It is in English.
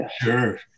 Sure